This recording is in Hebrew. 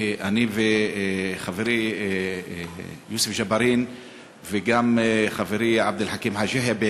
אני וחברי יוסף ג'בארין וגם חברי עבד אל חכים חאג' יחיא,